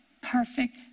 perfect